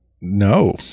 no